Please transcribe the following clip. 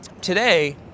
today